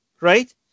right